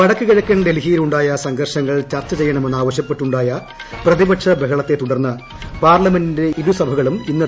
വടക്ക് കിഴക്കൻ ഡൽഹിയിലുണ്ടായ സംഘർഷങ്ങൾ ചർച്ച ചെയ്യണമെന്ന് ആവശ്യപ്പെട്ടുണ്ടായ പ്രതിപക്ഷ ബഹളത്തെ തുടർന്ന് പാർലമെന്റിന്റെ ഇരു സഭക്കളും ഇന്നത്തേക്ക് പിരിഞ്ഞു